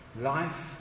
life